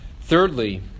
Thirdly